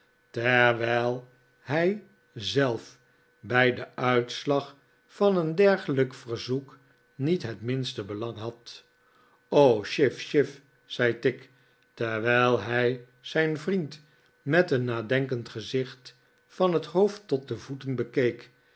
terwijl hij zelf bij den uitslag van een dergelijk verzoek niet het minste belang had chif chif zei tigg terwijl hij zijn vriend met een nadenkend gezicht van het hoofd tot de voeten bekeek